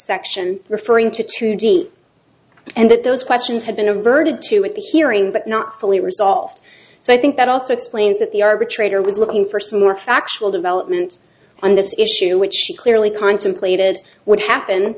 section referring to trudy and that those questions have been averted to at the hearing but not fully resolved so i think that also explains that the arbitrator was looking for some more factual development on this issue which she clearly contemplated would happen